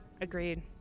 Agreed